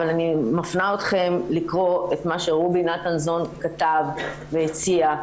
אבל אני מפנה אתכם לקרוא את מה שרובי נתנזון כתב והציע,